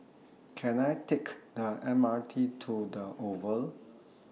Can I Take The M R T to The Oval